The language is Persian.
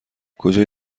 کجای